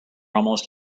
almost